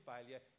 failure